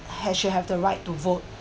have should have the right to vote